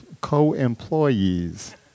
co-employees